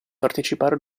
partecipare